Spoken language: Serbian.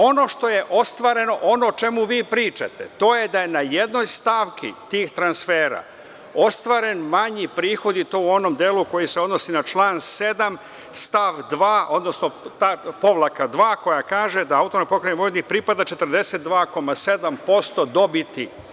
Ono što je ostvareno, ono o čemu vi pričate, to je da je na jednoj stavki tih transfera ostvaren manji prihod i to u onom delu koji se odnosi na član 7. stav 2, odnosno ta povlaka 2, koja kaže da AP Vojvodini pripada 42,7% dobiti.